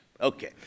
Okay